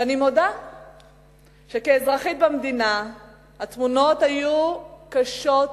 ואני מודה שכאזרחית במדינה התמונות היו קשות בעבורי,